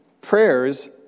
prayers